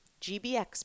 GBX